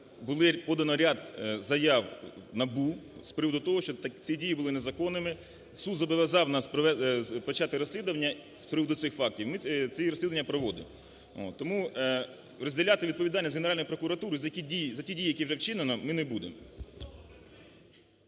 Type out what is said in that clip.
було подано ряд заяв НАБУ з приводу того, що ці дії були незаконними. Суд зобов'язав нас почати розслідування з приводу цих фактів - ми це розслідування проводимо. Тому розділяти відповідальність Генеральної прокуратури за ті дії, які вже вчинено, ми не будемо.